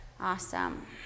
awesome